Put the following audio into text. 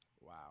Wow